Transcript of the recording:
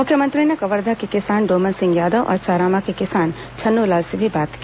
मुख्यमंत्री ने कवर्धा के किसान डोमन सिंह यादव और चारामा के किसान छन्नूलाल से भी बात की